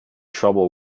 trouble